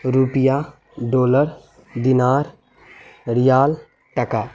روپیہ ڈولر دینار ریال ٹکا